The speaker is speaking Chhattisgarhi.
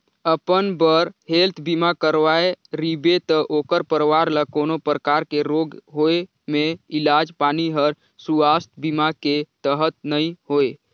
अपन बर हेल्थ बीमा कराए रिबे त ओखर परवार ल कोनो परकार के रोग के होए मे इलाज पानी हर सुवास्थ बीमा के तहत नइ होए